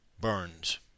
Burns